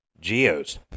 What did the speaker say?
Geos